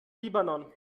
libanon